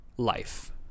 life